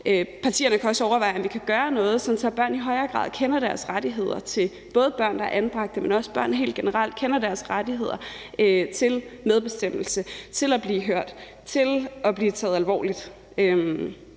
Partierne kan også overveje, om vi kan gøre noget, sådan at børn i højere grad kender deres rettigheder, både børn, der er anbragt, men også børn helt generelt, til medbestemmelse, til at blive hørt, til at blive taget alvorligt,